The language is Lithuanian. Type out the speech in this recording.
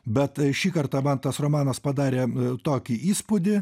bet šį kartą man tas romanas padarė tokį įspūdį